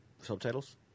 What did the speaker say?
subtitles